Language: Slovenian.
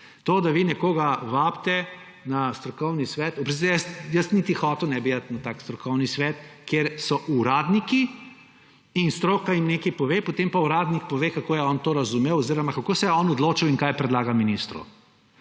To, da vi nekoga vabite na strokovni svet, oprostite, jaz niti hotel ne bi iti na tak strokovni svet, kjer so uradniki. Stroka jim nekaj pove, potem pa uradnik pove, kako je on to razumel oziroma kako se je on odločil in kaj predlaga ministru.